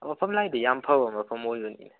ꯃꯐꯝ ꯂꯥꯡꯒꯤꯗꯤ ꯌꯥꯝ ꯐꯕ ꯃꯐꯝ ꯑꯣꯏꯕꯅꯤ